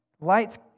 Lights